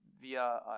via